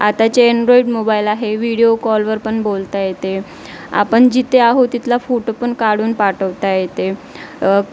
आताचे android mobile आहे video कॉलवर पण बोलता येते आपण जिथे आहोत तिथला फोटो पण काढून पाठवता येते